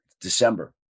December